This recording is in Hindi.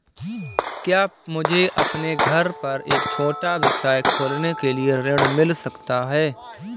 क्या मुझे अपने घर पर एक छोटा व्यवसाय खोलने के लिए ऋण मिल सकता है?